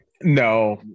No